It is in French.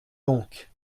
donc